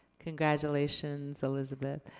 congratulations, elisabeth.